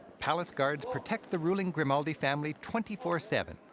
palace guards protect the ruling grimaldi family twenty four seven.